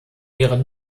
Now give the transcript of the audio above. ihre